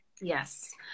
yes